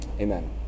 Amen